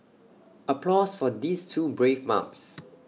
applause for these two brave mums